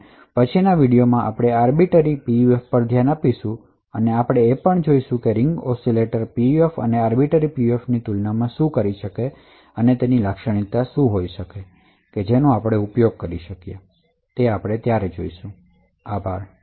હવે પછીનાં વ્યાખ્યાનમાં આપણે આર્બીટર પીયુએફપર પણ ધ્યાન આપીશું અને રીંગ ઓસિલેટર પીયુએફઅને આર્બિટર પીયુએફની તુલના કરીશું અને જોઈશું કે દરેકની લાક્ષણિકતાઓ શું છે અને ક્યાં કોનો ઉપયોગ થઈ શકે છે આભાર